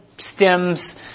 Stems